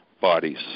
bodies